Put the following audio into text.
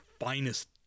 finest